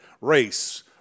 race